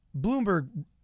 Bloomberg